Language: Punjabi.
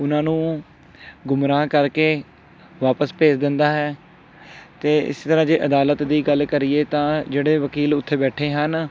ਉਨ੍ਹਾਂ ਨੂੰ ਗੁੰਮਰਾਹ ਕਰਕੇ ਵਾਪਸ ਭੇਜ ਦਿੰਦਾ ਹੈ ਅਤੇ ਇਸੇ ਤਰ੍ਹਾਂ ਜੇ ਅਦਾਲਤ ਦੀ ਗੱਲ ਕਰੀਏ ਤਾਂ ਜਿਹੜੇ ਵਕੀਲ ਉੱਥੇ ਬੈਠੇ ਹਨ